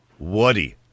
Woody